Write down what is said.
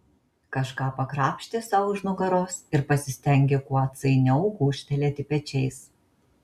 kažką pakrapštė sau už nugaros ir pasistengė kuo atsainiau gūžtelėti pečiais